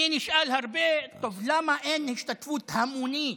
אני נשאל הרבה: למה אין השתתפות המונית